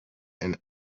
and